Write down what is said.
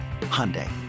Hyundai